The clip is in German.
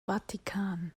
vatikan